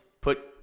put